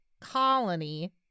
colony